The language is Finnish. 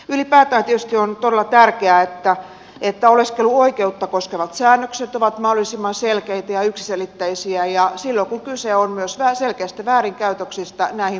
ylipäätään tietysti on todella tärkeää että oleskeluoikeutta koskevat säännökset ovat mahdollisimman selkeitä ja yksiselitteisiä ja silloin kun kyse on myös selkeistä väärinkäytöksistä näihin puututaan